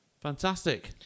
fantastic